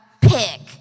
pick